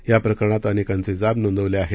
या प्रकरणात अनेकांचे जाब नोंदवले आहेत